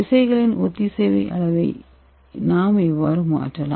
துகள்களின் ஒத்திசைவி அளவை நாம் எவ்வாறு மாற்றலாம்